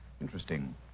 Interesting